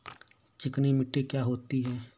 चिकनी मिट्टी क्या होती है?